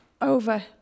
over